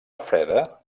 refreda